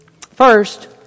First